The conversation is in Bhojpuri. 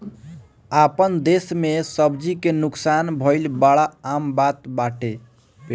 आपन देस में सब्जी के नुकसान भइल बड़ा आम बात बाटे